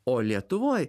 o lietuvoj